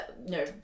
No